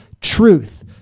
truth